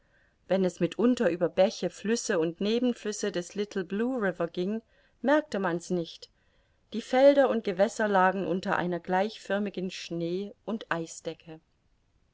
wenn es mitunter über bäche flüsse und nebenflüsse des little blue river ging merkte man's nicht die felder und gewässer lagen unter einer gleichförmigen schnee und eisdecke